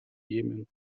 jemen